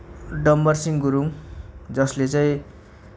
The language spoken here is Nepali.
डम्बरसिँह गुरूङ जसले चाहिँ